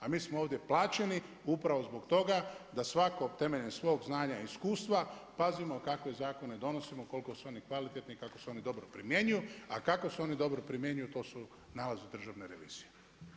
A mi smo ovdje plaćeni upravo zbog toga da svako temeljem svog znanja i iskustva pazimo kakve zakone donosimo, koliko su oni kvalitetni i kako su oni dobro primjenjuju, a kako se oni dobro primjenjuju to su nalazi Državne revizije.